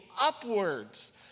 upwards